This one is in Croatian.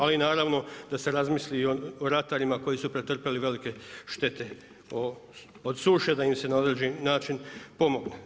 Ali, naravno, da se razmisli i o ratarima, koji su pretrpili velike štete od suše, da im se na određen način pomogne.